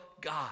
God